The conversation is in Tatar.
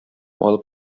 алып